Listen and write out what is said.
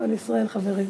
כל ישראל חברים.